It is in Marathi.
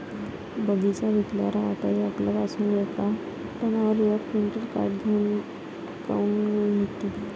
बगीचा विकल्यावर व्यापारी आपल्या पासुन येका टनावर यक क्विंटल काट काऊन घेते?